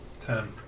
Ten